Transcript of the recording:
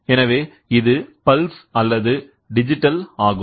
எனவே இது பல்ஸ் அல்லது டிஜிட்டல் ஆகும்